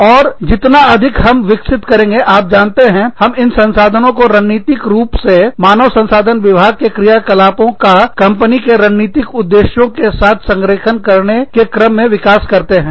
और जितना अधिक हम विकसित करेंगे आप जानते हैं हम इन संसाधनों को रणनीतिक रूप से मानव संसाधन विभाग के क्रियाकलापों का कंपनी के रणनीतिक उद्देश्यों के साथ संरेखण करने के क्रम में विकास करते हैं